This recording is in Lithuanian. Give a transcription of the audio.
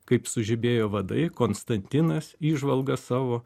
kaip sužibėjo vadai konstantinas įžvalgas savo